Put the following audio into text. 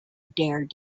dared